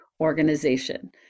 organization